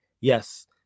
Yes